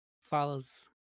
follows